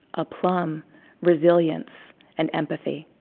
a plum resilience and empathy.